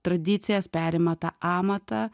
tradicijas perima tą amatą